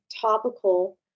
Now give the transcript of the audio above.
topical